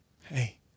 hey